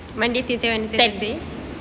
monday tuesday wednesday